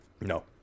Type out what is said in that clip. No